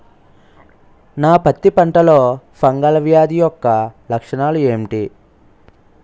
నా పత్తి పంటలో ఫంగల్ వ్యాధి యెక్క లక్షణాలు ఏంటి?